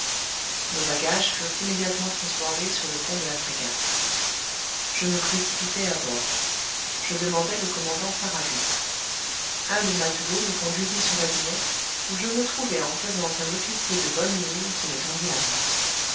nos bagages furent immédiatement transbordés sur le pont de la frégate je me précipitai à bord je demandai le commandant farragut un des matelots me conduisit sur la dunette où je me trouvai en présence d'un officier de bonne mine qui me tendit la main